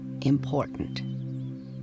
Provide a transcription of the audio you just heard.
important